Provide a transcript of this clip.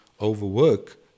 overwork